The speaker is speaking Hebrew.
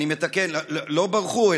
אני מתקן: לא ברחו,